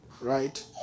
right